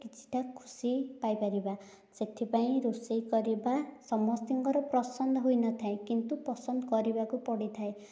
କିଛିଟା ଖୁସି ପାଇପାରିବା ସେଥିପାଇଁ ରୋଷେଇ କରିବା ସମସ୍ତଙ୍କର ପ୍ରସନ୍ଦ ହୋଇନଥାଏ କିନ୍ତୁ ପସନ୍ଦ କରିବାକୁ ପଡ଼ିଥାଏ